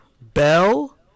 Bell